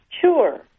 Sure